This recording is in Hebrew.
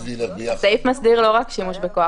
הסעיף מסדיר לא רק שימוש בכוח,